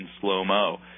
slow-mo